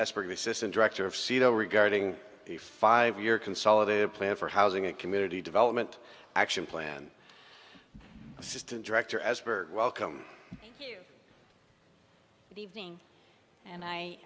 system director of seato regarding the five year consolidated plan for housing and community development action plan assistant director as for welcome evening and i